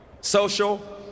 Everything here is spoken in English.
social